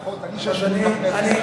לפחות אני שש שנים בכנסת,